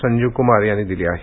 संजीवकुमार यांनी दिली आहे